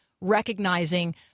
recognizing